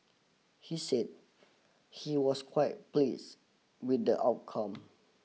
he said he was quite pleased with the outcome